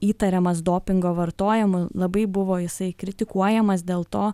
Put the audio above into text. įtariamas dopingo vartojimu labai buvo jisai kritikuojamas dėl to